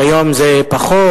וכיום זה פחות,